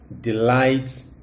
delights